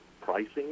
pricing